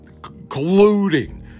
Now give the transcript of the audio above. colluding